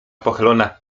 pochylona